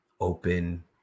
open